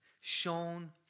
shown